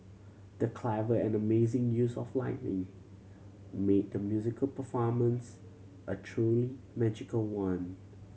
the clever and amazing use of lighting made the musical performance a truly magical one